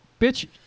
Bitch